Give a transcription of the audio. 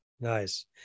Nice